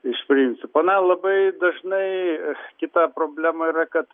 iš principo na labai dažnai kita problema yra kad